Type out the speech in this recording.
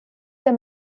der